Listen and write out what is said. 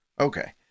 Okay